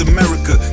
America